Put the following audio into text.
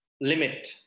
limit